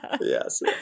Yes